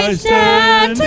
stand